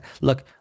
Look